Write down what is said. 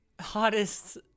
hottest